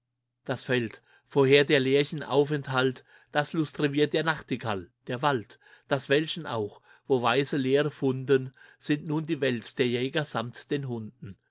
das feld vorher der lerchen aufenthalt das lustrevier der nachtigall der wald das wäldchen auch wo weise lehre funden sind nun die welt der jäger samt der hunden